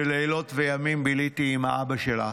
שלילות וימים ביליתי עם אבא שלה